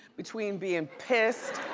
between being pissed.